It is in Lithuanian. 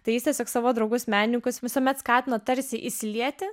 tai jis tiesiog savo draugus menininkus visuomet skatino tarsi įsilieti